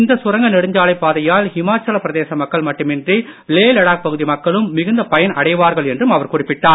இந்த சுரங்க நெடுஞ்சாலை பாதையால் இமாச்சல பிரதேச மக்கள் மட்டுமின்றி லே லடாக் பகுதி மக்களும் மிகுந்த பயன் அடைவார்கள் என்றும் அவர் குறிப்பிட்டார்